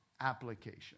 Application